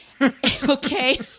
Okay